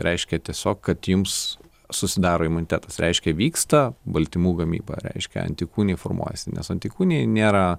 reiškia tiesiog kad jums susidaro imunitetas reiškia vyksta baltymų gamyba reiškia antikūniai formuojasi nes antikūniai nėra